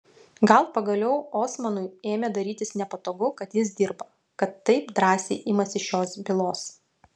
gal pagaliau osmanui ėmė darytis nepatogu kad ji dirba kad taip drąsiai imasi šios bylos